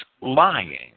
lying